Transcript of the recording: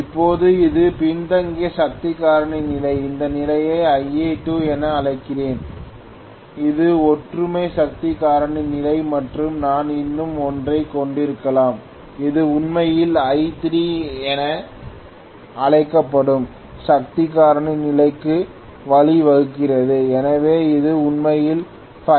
இப்போது இது பின்தங்கிய சக்தி காரணி நிலை இந்த நிலையை Ia2 என அழைக்கிறேன் இது ஒற்றுமை சக்தி காரணி நிலை மற்றும் நான் இன்னும் ஒன்றை கொண்டிருக்கலாம் இது உண்மையில் I3 என அழைக்கப்படும் சக்தி காரணி நிலைக்கு வழிவகுக்கிறது எனவே இது உண்மையில் Φ3